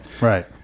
right